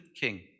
king